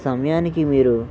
సమయానికి మీరూ